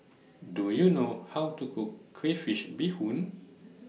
Do YOU know How to Cook Crayfish Beehoon